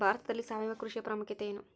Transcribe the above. ಭಾರತದಲ್ಲಿ ಸಾವಯವ ಕೃಷಿಯ ಪ್ರಾಮುಖ್ಯತೆ ಎನು?